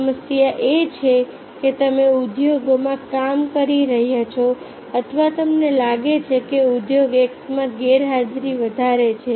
સમસ્યા એ છે કે તમે ઉદ્યોગમાં કામ કરી રહ્યા છો અથવા તમને લાગે છે કે ઉદ્યોગ Xમાં ગેરહાજરી વધારે છે